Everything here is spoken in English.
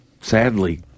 sadly